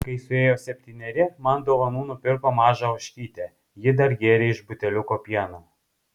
kai suėjo septyneri man dovanų nupirko mažą ožkytę ji dar gėrė iš buteliuko pieną